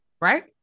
right